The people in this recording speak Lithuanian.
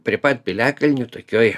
prie pat piliakalnių tokioj